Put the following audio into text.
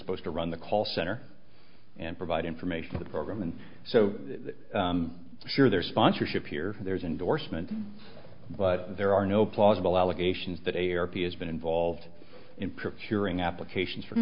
supposed to run the call center and provide information to the program and so sure their sponsorship here there's endorsement but there are no plausible allegations that a fair p as been involved in preparing applications for